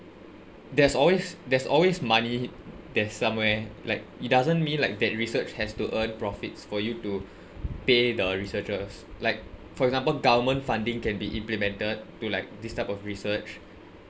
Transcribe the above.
there's always there's always money there's somewhere like it doesn't mean like that research has to earn profits for you to pay the researchers like for example government funding can be implemented to like this type of research